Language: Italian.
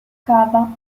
cava